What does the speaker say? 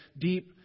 deep